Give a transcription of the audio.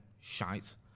shite